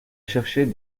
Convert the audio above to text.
chercher